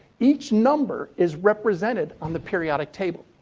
each number is represented on the periodic table.